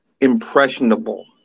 impressionable